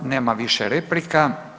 Nema više replika.